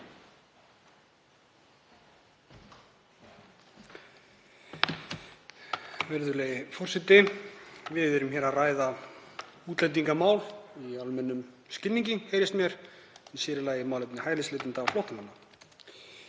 Virðulegi forseti. Við erum hér að ræða útlendingamál í almennum skilningi heyrist mér, sér í lagi málefni hælisleitenda og flóttamanna.